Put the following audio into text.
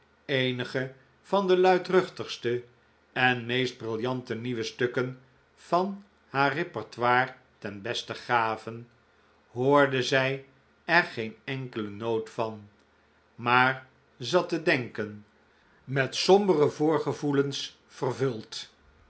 cenige van de hiidruchtigste en meest brillante nieuwe stukken van haar repertoire ten beste gaven hoorde zij er geen enkele noot van maar zat te denken met sombere voorgevoelens vervuld